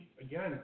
again